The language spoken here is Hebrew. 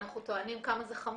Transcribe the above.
אנחנו טוענים כמה זה חמור,